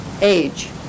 age